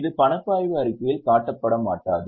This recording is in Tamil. இது பணப்பாய்வு அறிக்கையில் காட்டப்பட மாட்டாது